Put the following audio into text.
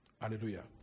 Hallelujah